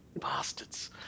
bastards